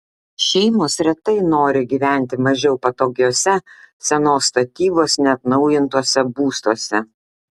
šeimos retai nori gyventi mažiau patogiuose senos statybos neatnaujintuose būstuose